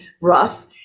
rough